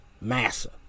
massa